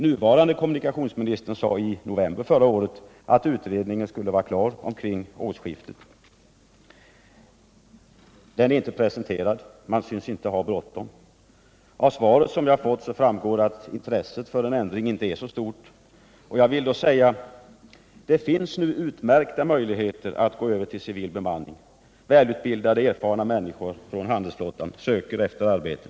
Nuvarande kommunikationsministern sade i november förra året att den utredningen skulle vara klar omkring årsskiftet. Den är emellertid ännu inte presenterad. Man synes inte ha bråttom. Av det svar som jag fått framgår att intresset för en ändring inte är så stort. Det finns nu utmärkta möjligheter att gå över till civil bemanning. Nr 104 Välutbildade, erfarna människor från handelsflottan söker efter arbete.